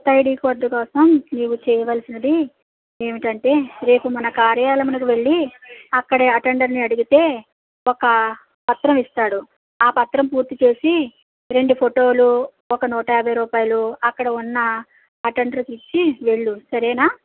క్రొత్త ID card కోసం నీవు చేయవలసినది ఏమిటి అంటే రేపు మన కార్యాలయమునకు వెళ్ళి అక్కడ అటెండర్ని అడిగితే ఒక పత్రం ఇస్తాడు ఆ పత్రం పూర్తిచేసి రెండు ఫొటోలు ఒక నూటయాభై రూపాయలు అక్కడ ఉన్న అటెండర్కి ఇచ్చివెళ్ళు సరేనా